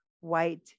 white